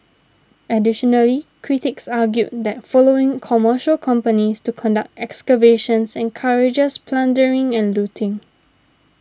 additionally critics argued that allowing commercial companies to conduct excavations encourages plundering and looting